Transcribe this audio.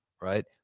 right